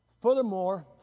Furthermore